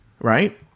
right